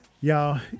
Y'all